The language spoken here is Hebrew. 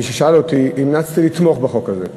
מי ששאל אותי, המלצתי לתמוך בחוק הזה.